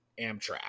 Amtrak